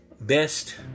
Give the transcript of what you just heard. Best